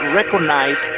recognize